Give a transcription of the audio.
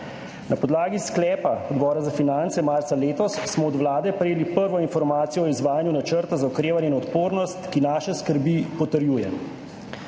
Na podlagi sklepa Odbora za finance marca letos smo od vlade prejeli prvo informacijo o izvajanju Načrta za okrevanje in odpornost, ki naše skrbi potrjuje.